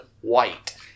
white